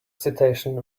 citation